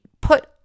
put